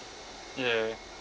ya